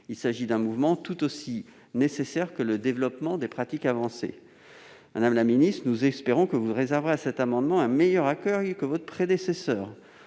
Il s'agit d'un mouvement tout aussi nécessaire que le développement des pratiques avancées. Madame la ministre, nous espérons que vous réserverez à cet amendement un meilleur accueil que votre prédécesseure.